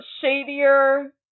shadier